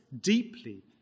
deeply